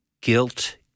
guilt